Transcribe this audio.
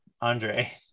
Andre